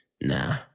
Nah